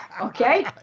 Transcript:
Okay